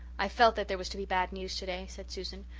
i felt that there was to be bad news today, said susan,